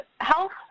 health